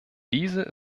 diese